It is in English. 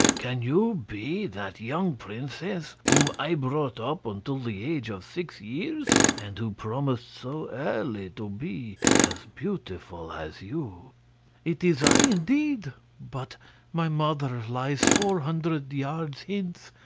can you be that young princess whom i brought up until the age of six years, and who promised so early to be as beautiful as you it is i, indeed but my mother lies four hundred yards hence,